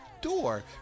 door